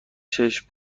چشم